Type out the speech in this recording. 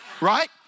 right